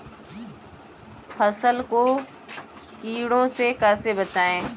फसल को कीड़ों से कैसे बचाएँ?